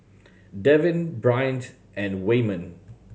Devyn Bryant and Waymon